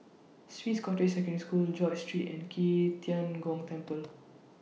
Swiss Cottage Secondary School George Street and Qi Tian Gong Temple